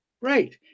Right